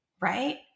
right